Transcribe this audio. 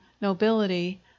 nobility